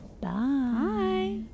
bye